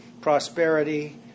prosperity